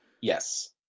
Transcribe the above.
Yes